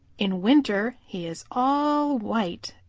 in winter he is all white,